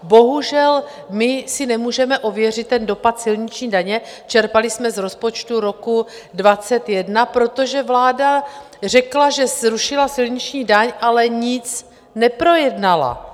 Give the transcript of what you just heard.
Bohužel, my si nemůžeme ověřit dopad silniční daně, čerpali jsme z rozpočtu roku 2021, protože vláda řekla, že zrušila silniční daň, ale nic neprojednala.